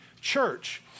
church